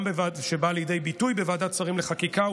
שגם באה לידי ביטוי בוועדת שרים לחקיקה,